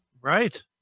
Right